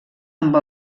amb